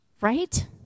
Right